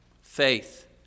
Faith